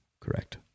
Correct